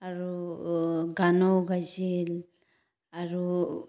আৰু গানো গাইছিল আৰু